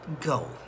go